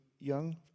Young